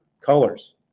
colors